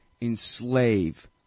enslave